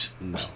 No